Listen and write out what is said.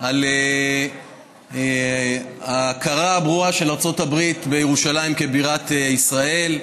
על ההכרה הברורה של ארצות הברית בירושלים כבירת ישראל,